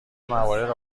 موارد